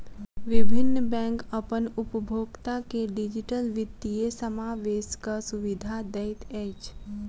विभिन्न बैंक अपन उपभोगता के डिजिटल वित्तीय समावेशक सुविधा दैत अछि